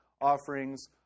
offerings